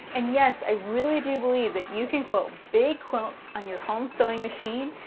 and yes, i really do believe that you can quilt big quilts on your home sewing machine.